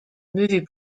movie